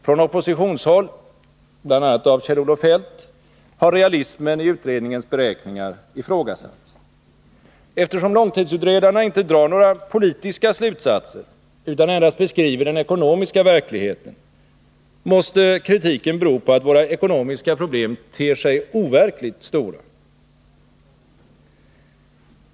Från oppositionshåll, bl.a. av Kjell-Olof Feldt, har realismen i utredningens beräkningar ifrågasatts. Eftersom långtidsutredarna inte drar några politiska slutsatser utan endast beskriver den ekonomiska verkligheten, måste kritiken bero på att våra ekonomiska problem ter sig overkligt stora.